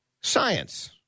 science